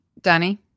Danny